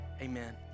amen